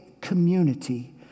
community